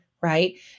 right